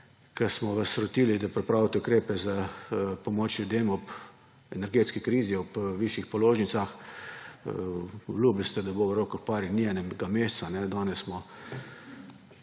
ko smo vas rotili, da pripravite ukrepe za pomoč ljudem ob energetski krizi ob višjih položnicah. Obljubili ste, da bo v roku par dni, enega meseca. Ta